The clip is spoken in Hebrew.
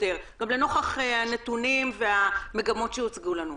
גם לנוכח הנתונים והמגמות שהוצגו לנו.